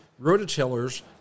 rototillers